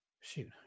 Shoot